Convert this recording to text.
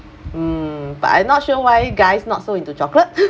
(mm)but I'm not sure why guys not so into chocolate